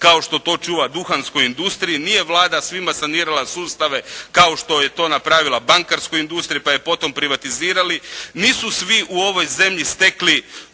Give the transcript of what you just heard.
kao što to čuva duhanskoj industriji. Nije Vlada svima sanirala sustave kao što je to napravila bankarskoj industriji, pa je potom privatizirali. Nisu svi u ovoj zemlji stekli